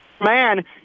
man